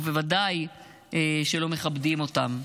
ובוודאי שלא מכבדים אותם.